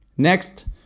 Next